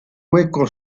hueco